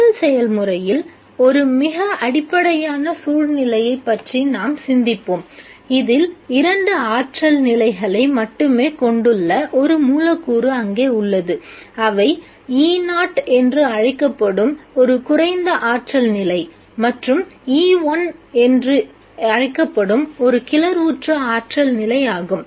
முதல் செயல்முறையில் ஒரு மிக அடிப்படையான சூழ்நிலையைப் பற்றி நாம் சிந்திப்போம் இதில் இரண்டு ஆற்றல் நிலைகளை மட்டுமே கொண்டுள்ள ஒரு மூலக்கூறு அங்கே உள்ளது அவை E0 என்று அழைக்கப்படும் ஒரு குறைந்த ஆற்றல் நிலை மற்றும் E1 என்று அழைக்கப்படும் ஒரு கிளர்வுற்ற ஆற்றல் நிலை ஆகும்